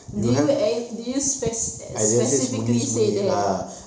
did you eh~ did you spec~ specifically say that